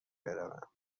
بروم